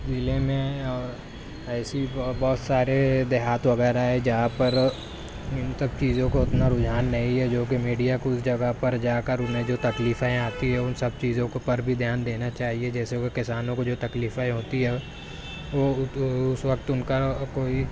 ضلعے میں اور ایسی بہت سارے دیہات وغیرہ ہیں جہاں پر ان سب چیزوں کو اتنا رجحان نہیں ہے جوکہ میڈیا کو اس جگہ پر جا کر انہیں جو تکلیفیں آتی ہیں ان سب چیزوں کو پر بھی دھیان دینا چاہیے جیسےکہ کسانوں کو جو تکلیفیں ہوتی ہیں وہ اس وقت ان کا کوئی